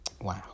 Wow